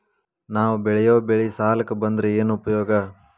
ನಾವ್ ಬೆಳೆಯೊ ಬೆಳಿ ಸಾಲಕ ಬಂದ್ರ ಏನ್ ಉಪಯೋಗ?